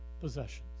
possessions